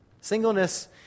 Singleness